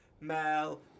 Mel